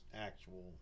actual